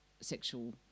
sexual